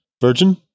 Virgin